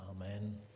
Amen